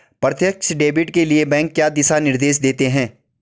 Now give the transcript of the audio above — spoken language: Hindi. प्रत्यक्ष डेबिट के लिए बैंक क्या दिशा निर्देश देते हैं?